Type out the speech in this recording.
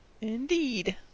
Indeed